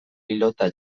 pilota